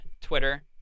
Twitter